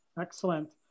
Excellent